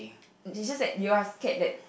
it's just that you are scared that